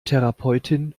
therapeutin